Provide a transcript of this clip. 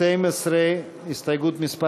הסתייגות מס'